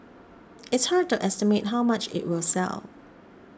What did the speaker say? it's hard to estimate how much it will sell